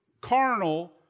carnal